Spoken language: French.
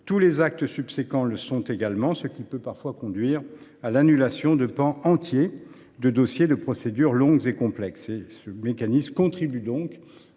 tous les actes subséquents le sont également, ce qui peut parfois conduire à l’annulation de pans entiers de dossiers de procédures longues et complexes. Ce mécanisme contribue à